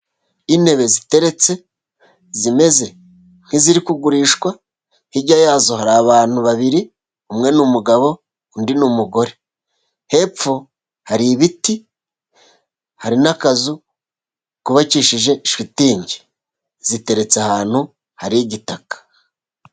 Intebe ziteretse zimeze nk'iziri kugurishwa, hirya yazo hari abantu babiri umwe n'umugabo undi n'umugore, hepfo hari ibiti, hari n'akazu kubakishije shitingi ziteretse ahantu hari igitaka.